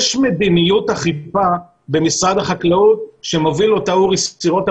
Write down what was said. יש מדיניות אכיפה במשרד החקלאות שמוביל אותה אורי סירוטה,